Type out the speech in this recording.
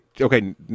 Okay